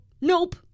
Nope